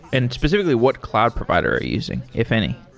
and specifically, what cloud provider are you using if any?